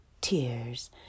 tears